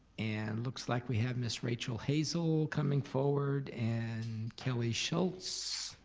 and looks like we have miss rachel hazel coming forward, and kelly schulz,